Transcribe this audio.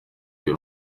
iyo